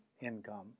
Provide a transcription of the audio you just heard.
income